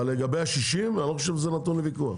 אבל לגבי ה-60, אני לא חושב שזה נתון לוויכוח.